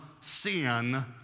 sin